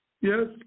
Yes